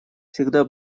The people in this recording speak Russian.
всегда